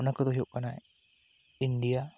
ᱚᱱᱟ ᱠᱚᱫᱚ ᱦᱩᱭᱩᱜ ᱠᱟᱱᱟ ᱤᱱᱰᱤᱭᱟ